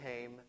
came